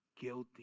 guilty